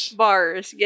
bars